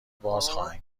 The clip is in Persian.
بازخواهند